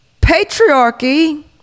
patriarchy